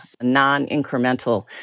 non-incremental